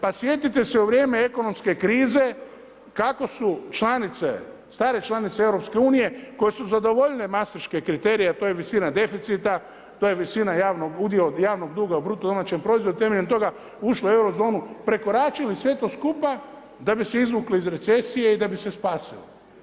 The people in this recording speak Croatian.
Pa sjetite se u vrijeme ekonomske krize kako su članice, stare članice EU koje su zadovoljile maastriške kriterije, a to je visina deficita, to je visina, udio javnog duga u BDP-u, temeljem toga ušle u Eurozonu, prekoračili sve to skupa da bi se izvukli iz recesije i da bi se spasili.